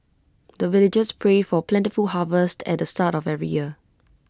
the villagers pray for plentiful harvest at the start of every year